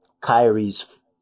Kyrie's